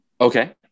Okay